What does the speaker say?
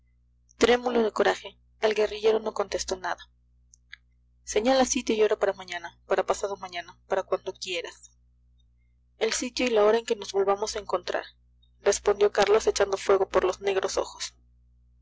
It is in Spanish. trémulo de coraje el guerrillero no contestó nada señala sitio y hora para mañana para pasado mañana para cuando quieras el sitio y la hora en que nos volvamos a encontrar respondió carlos echando fuego por los negros ojos